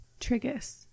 Trigus